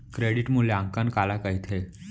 Credit मूल्यांकन काला कहिथे?